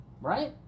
right